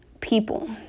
people